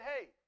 hey